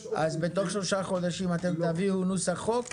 בתוך שלושה חודשים תביאו נוסח חוק?